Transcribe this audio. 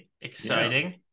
Exciting